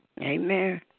Amen